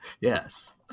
yes